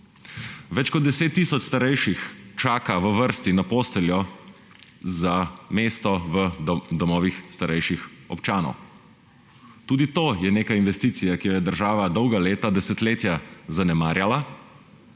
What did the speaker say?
Več kot 10 tisoč starejših čaka v vrsti na posteljo za mesto v domovih starejših občanov. Tudi to je neka investicija, ki jo je država dolga leta, desetletja, zanemarjala,